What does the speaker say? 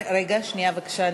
שנייה בבקשה,